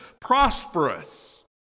prosperous